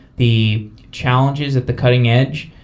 the challenges at the cutting edge.